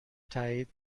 تأیید